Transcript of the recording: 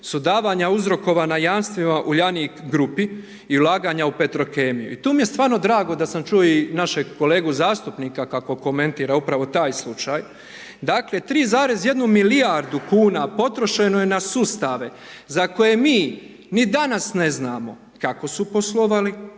su davanja uzrokovana jamstvima Uljanik grupi i ulaganja u Petrokemiju. I tu mi je stvarno drago da sam čuo i našeg kolegu zastupnika kako komentira upravo taj slučaj. Dakle, 3,1 milijardu kuna potrošeno je na sustave za koje mi ni danas ne znamo kako su poslovali,